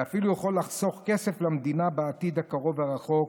זה אפילו יכול לחסוך כסף למדינה בעתיד הקרוב והרחוק,